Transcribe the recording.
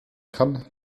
kann